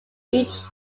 each